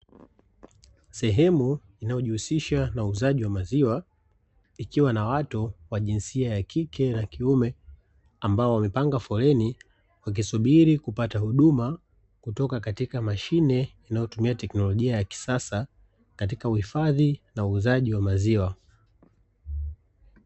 Sehemu inayojihusisha na uuzaji wa maziwa ikiwa na watu wa jinsia ya kike na kiume, ambao wamepanga foleni wakisubiri kupata huduma kutoka katika mashine inayotumia tekinolojia ya kisasa katika uhifadhi na uuzaji wa maziwa.